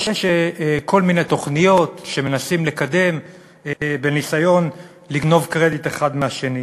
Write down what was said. יש כל מיני תוכניות שמנסים לקדם בניסיון לגנוב קרדיט אחד מהשני.